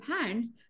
hands